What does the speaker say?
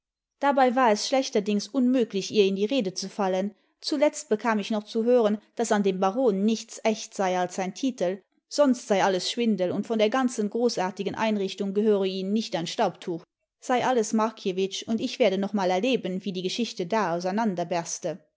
dabei war es schlechterdings unmöglich ihr in die rede zu fallen zuletzt bekam ich noch zu hören daß an dem baron nichts echt sei als sein titel sonst sei alles schwindel und von der ganzen großartigen einrichtung gehöre ihnen nicht ein staubtuch sei alles markiewicz und ich werde noch mal erleben wie die geschichte da auseinanderberste